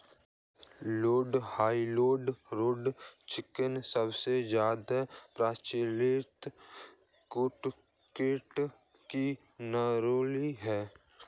road Island red chicken सबसे ज्यादा प्रचलित कुक्कुट की नस्ल है